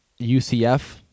UCF